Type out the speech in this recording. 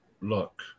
Look